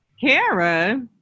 Kara